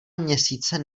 měsíce